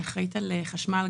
אני אחראית על חשמל,